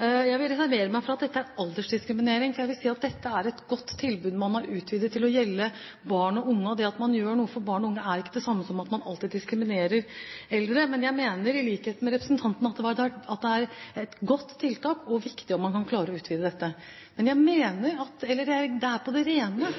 Jeg vil reservere meg mot det som ble sagt om at dette er aldersdiskriminering, for jeg vil si at dette er et godt tilbud man har utvidet til å gjelde barn og unge. Og det at man gjør noe for barn og unge, er ikke det samme som at man alltid diskriminerer eldre. Men jeg mener, i likhet med representanten, at det er et godt tiltak, og det er viktig at man kan klare å utvide det. Men det er på det rene